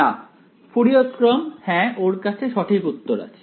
না ফুরিয়ার ক্রম হ্যাঁ ওর কাছে সঠিক উত্তর আছে